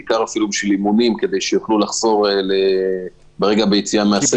בעיקר בשביל אימונים כדי שיוכלו לחזור ברגע היציאה מהסגר.